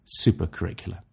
supercurricular